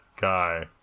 guy